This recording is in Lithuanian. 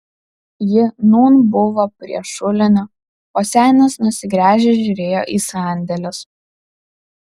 ji nūn buvo prie šulinio o senis nusigręžęs žiūrėjo į sandėlius